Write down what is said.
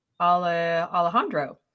Alejandro